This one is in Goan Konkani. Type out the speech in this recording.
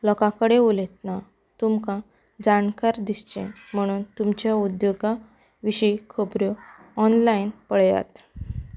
लोकां कडेन उलयतना तुमकां जाणकार दिसचें म्हणून तुमच्या उद्योगा विशीं खबरो ऑनलायन पळयात